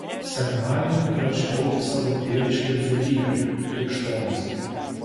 sekmadienį nuvažiavau į savo tėviškę dzūkijoje krikštonis